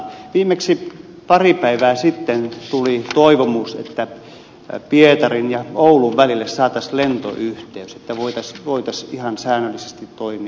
viimeksi pari päivää sitten tuli toivomus että pietarin ja oulun välille saataisiin lentoyhteys että voitaisiin ihan säännöllisesti toimia